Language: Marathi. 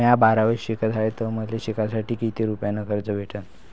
म्या बारावीत शिकत हाय तर मले शिकासाठी किती रुपयान कर्ज भेटन?